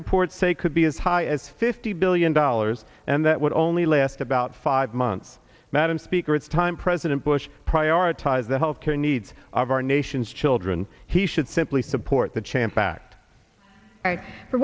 reports say could be as high as fifty billion dollars and that would only last about five months madam speaker it's time president bush prioritize the health care needs of our nation's children he should simply support the chant back for